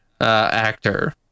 actor